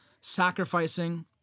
sacrificing